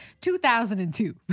2002